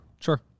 Sure